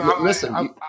Listen